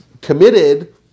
committed